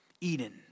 Eden